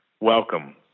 Welcome